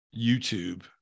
YouTube